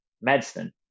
medicine